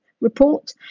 report